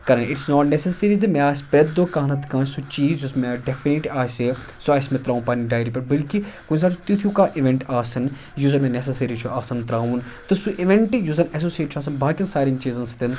کَران it's not necessary زِ مےٚ آسہِ پرٮ۪تھ دۄہ کانٛہہ نَتہٕ کانٛہہ سُہ چیٖز یُس مےٚ ڈیٚفِنِٹ آسِہ سُہ آسِہ مےٚ ترٛاوُن پنٛنہِ ڈایری پٮ۪ٹھ بٔلکہِ کُنہِ ساتہٕ چھُ تِیُٚتھ ہیو کانٛہہ اِونٛٹ آسان یُس زَن مےٚ نٮ۪سَسٔری چھُ آسان ترٛاوُن تہٕ سُہ اِوٮ۪نٹٕے یُس زَن اٮ۪سوٚسیٹ چھُ آسان باقِیَن سارنٕے چیٖزن سۭتۍ